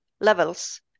levels